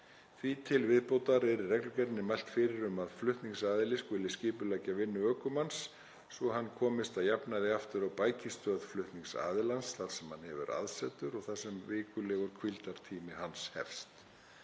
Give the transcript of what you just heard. Því til viðbótar er í reglugerðinni mælt fyrir um að flutningsaðili skuli skipuleggja vinnu ökumanns svo hann komist að jafnaði aftur á bækistöð flutningsaðilans þar sem hann hefur aðsetur og þar sem vikulegur hvíldartími hans hefst.